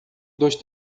dos